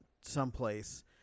someplace